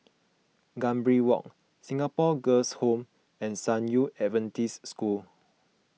Gambir Walk Singapore Girls' Home and San Yu Adventist School